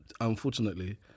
unfortunately